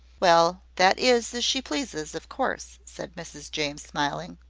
well, that is as she pleases, of course, said mrs james, smiling.